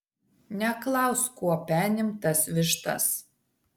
neklausk kuo penim tas vištas